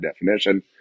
definition